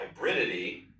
hybridity